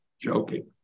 joking